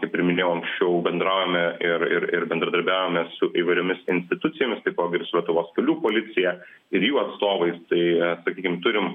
kaip ir minėjau anksčiau bendraujame ir ir ir bendradarbiaujame su įvairiomis institucijomis taipogi ir su lietuvos kelių policija ir jų atstovais tai sakykim turim